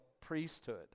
priesthood